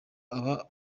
aba